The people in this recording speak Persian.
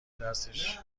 دستش